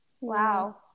Wow